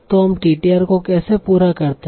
तो हम TTR को कैसे पूरा करते हैं